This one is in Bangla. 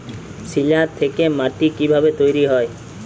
শিলা থেকে মাটি কিভাবে তৈরী হয়?